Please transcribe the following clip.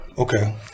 Okay